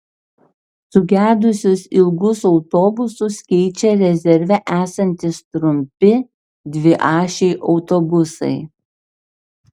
sugedusius ilgus autobusus keičia rezerve esantys trumpi dviašiai autobusai